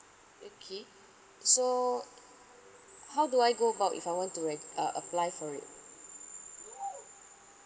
okay so how do I go about if I want to re~ uh apply for it